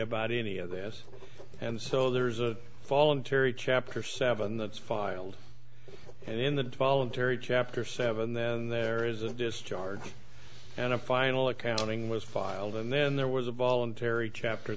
about any of this and so there is a voluntary chapter seven that's filed and in the voluntary chapter seven then there is a discharge and a final accounting was filed and then there was a voluntary chapter